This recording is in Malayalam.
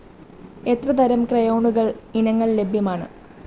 എത്ര തരം ക്രയോണുകൾ ഇനങ്ങൾ ലഭ്യമാണ്